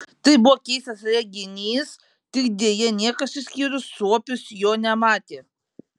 tai buvo keistas reginys tik deja niekas išskyrus suopius jo nematė